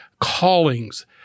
callings